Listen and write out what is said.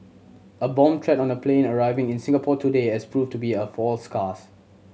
a bomb threat on a plane arriving in Singapore today has proved to be a false scares